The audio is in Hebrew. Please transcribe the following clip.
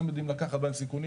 גם יודעים לקחת בהם סיכונים.